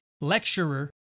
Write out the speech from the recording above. lecturer